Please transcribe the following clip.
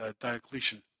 Diocletian